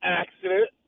accident